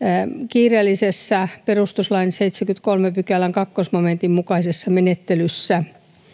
perustuslain seitsemännenkymmenennenkolmannen pykälän toisen momentin mukaisessa kiireellisessä menettelyssä